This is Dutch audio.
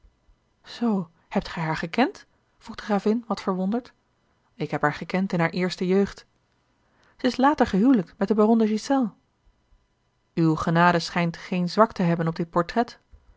zoo hebt gij haar gekend vroeg de gravin wat verwonderd ik heb haar gekend in hare eerste jeugd zij is later gehijlikt met den baron de ghiselles uwe genade schijnt geen zwak te hebben op dit portret